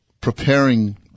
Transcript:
preparing